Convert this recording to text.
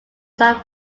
san